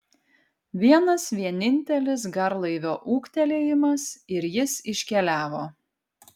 vienas vienintelis garlaivio ūktelėjimas ir jis iškeliavo